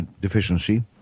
deficiency